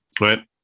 right